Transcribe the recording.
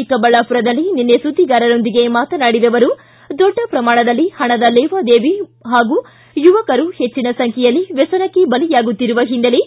ಚಿಕ್ಕಬಳ್ಳಾಮರದಲ್ಲಿ ನಿನ್ನೆ ಸುದ್ದಿಗಾರರೊಂದಿಗೆ ಮಾತನಾಡಿದ ಅವರು ದೊಡ್ಡ ಪ್ರಮಾಣದಲ್ಲಿ ಹಣದ ಲೇವಾದೇವಿ ಹಾಗೂ ಯುವಕರು ಪೆಚ್ಚಿನ ಸಂಖ್ಯೆಯಲ್ಲಿ ವ್ಯಸನಕ್ಕೆ ಬಲಿಯಾಗುತ್ತಿರುವ ಹಿನ್ನೆಲೆ